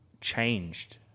changed